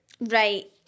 Right